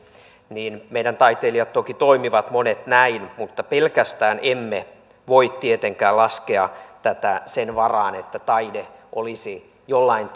meidän taiteilijamme toki toimivat monet näin mutta pelkästään emme voi tietenkään laskea tätä sen varaan että taide olisi jollain